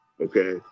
okay